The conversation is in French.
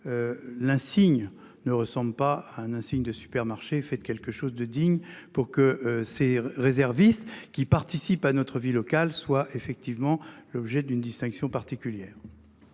L'insigne ne ressemblent pas à un insigne de supermarché fait quelque chose de digne, pour que ces réservistes qui participent à notre vie locale soit effectivement l'objet d'une distinction particulière.